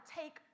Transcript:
take